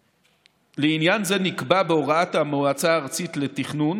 לעניין זה, נקבע בהוראת המועצה הארצית לתכנון